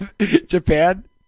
Japan